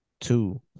Two